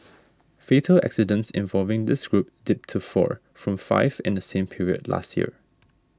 fatal accidents involving this group dipped to four from five in the same period last year